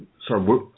sorry